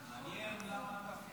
את רוצה לפניי?